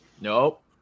Nope